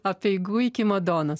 apeigų iki madonos